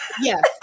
Yes